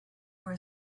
were